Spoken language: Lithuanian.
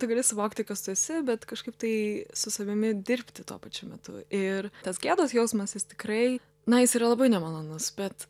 tu gali suvokti kas tu esi bet kažkaip tai su savimi dirbti tuo pačiu metu ir tas gėdos jausmas jis tikrai na jis yra labai nemalonus bet